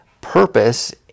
purpose